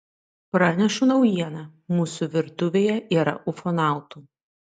pranešu naujieną mūsų virtuvėje yra ufonautų